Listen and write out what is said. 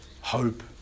hope